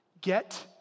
Get